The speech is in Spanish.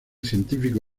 científico